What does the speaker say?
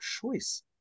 choice